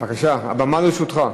בבקשה, הבמה לרשותך.